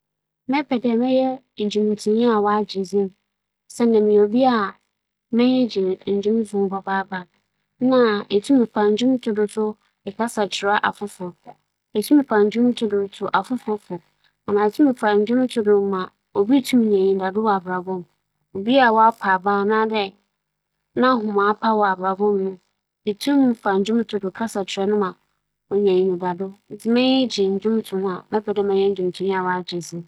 Mebɛpɛ dɛ mebɛyɛ ͻdwontonyi a m'agye dzin kyɛn dɛ mebɛyɛ eguantonyi a m'agye dzin. Siantsir nye dɛ eguantonyi, mobotum afa do epira pira bi a ebia mobobu me nan mu anaa mobͻbͻ famu ma me beebi ebu naaso adwontow dze, ͻno otum ma enye w'ankasa woho kasa na enam ndwom do so tum nye afofor kasa.